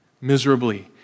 miserably